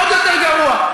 עוד יותר גרוע.